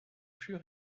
plus